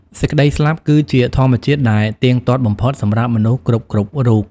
សេចក្តីស្លាប់គឹជាធម្មជាតិដែលទៀងទាត់បំផុតសម្រាប់មនុស្សគ្រប់ៗរូប ។